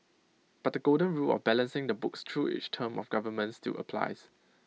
but the golden rule of balancing the books through each term of government still applies